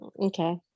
Okay